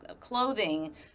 clothing